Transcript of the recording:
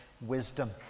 wisdom